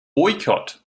boycott